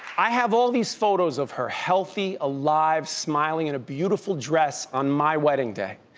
i have all these photos of her, healthy, alive, smiling in a beautiful dress, on my wedding day,